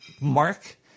Mark